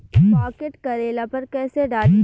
Pocket करेला पर कैसे डाली?